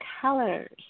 colors